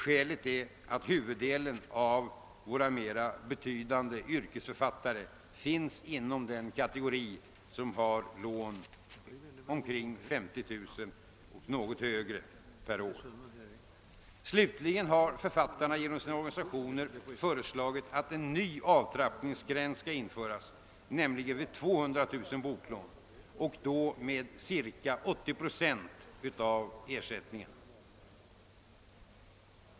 Skälet härför är att huvuddelen av våra mera betydande yrkesförfattare finns inom den kategori som har omkring 50 000 lån per år eller mera. Slutligen har författarna genom sina crganisationer föreslagit att en ny avtrappningsgräns skall införas, nämligen vid 200 000 boklån, och då med cirka 80 procents reduktion av ersättningen.